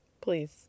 Please